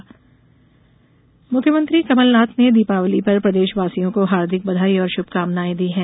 CM बधाई मुख्यमंत्री कमलनाथ ने दीपावली पर प्रदेशवासियों को हार्दिक बधाई और शुभकामनाएं दी हैं